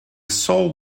sol